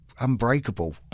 unbreakable